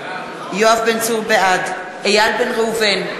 בעד איל בן ראובן,